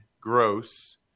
Gross